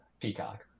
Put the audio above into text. Peacock